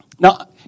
Now